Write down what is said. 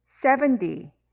Seventy